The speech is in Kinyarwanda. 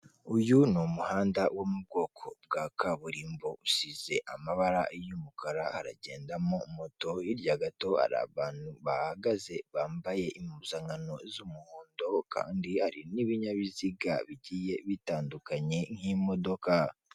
Uyu ni umuhanda wo mu bwoko bwa kaburimbo, usize amabara y'umukara haragendamo moto, hirya gato hari abantu bahagaze bambaye impuzankano z'umuhondo kandi hari n'ibinyabiziga bigiye bitandukanye nk'imodoka.